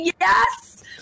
yes